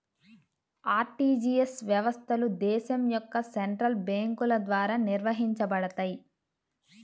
RTGS వ్యవస్థలు దేశం యొక్క సెంట్రల్ బ్యేంకుల ద్వారా నిర్వహించబడతయ్